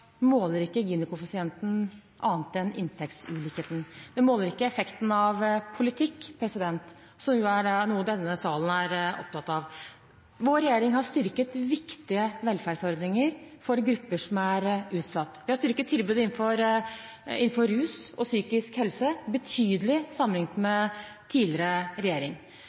måler ikke Gini-koeffisienten annet enn inntektsulikheten. Den måler ikke effekten av politikk, som er noe denne salen er opptatt av. Vår regjering har styrket viktige velferdsordninger for grupper som er utsatt. Vi har styrket tilbudet innenfor rus og psykisk helse betydelig sammenlignet med tidligere regjering.